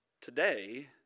today